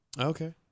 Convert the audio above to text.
Okay